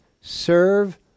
serve